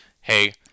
hey